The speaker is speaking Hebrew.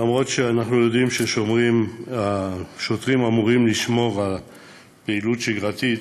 אף שאנחנו יודעים שהשוטרים אמורים לשמור על פעילות שגרתית,